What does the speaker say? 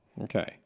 Okay